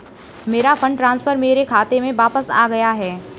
मेरा fund transfer मेरे खाते में वापस आ गया है